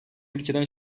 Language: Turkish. ülkeden